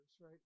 right